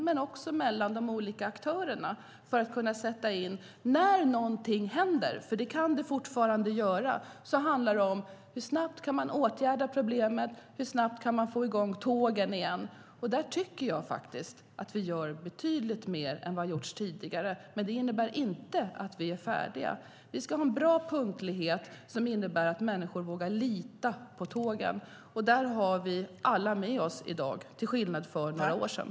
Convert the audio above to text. Men informationen mellan de olika aktörerna måste också bli bättre för att man ska kunna sätta in åtgärder när någonting händer. Det handlar om hur snabbt man kan åtgärda problemet och hur snabbt man kan få i gång tågen igen. Där tycker jag faktiskt att vi gör betydligt mer än vad som har gjorts tidigare, men det innebär inte att vi är färdiga. Vi ska ha en bra punktlighet som gör att människor vågar lita på tågen, och där har vi alla med i oss i dag, till skillnad från för några år sedan.